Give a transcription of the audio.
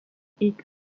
aiguë